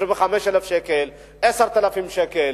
25,000 שקל ו-10,000 שקל.